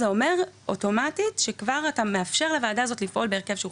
זה אומר אוטומטית שכבר אתה מאפשר לוועדה הזאת לפעול בהרכב שהוא חסר.